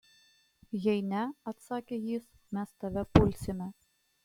jei ne atsakė jis mes tave pulsime